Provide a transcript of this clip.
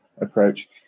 approach